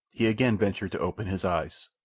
he again ventured to open his eyes.